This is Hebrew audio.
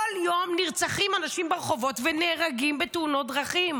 כל יום נרצחים אנשים ברחובות ונהרגים בתאונות דרכים,